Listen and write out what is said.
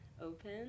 open